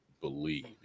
Believe